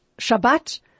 Shabbat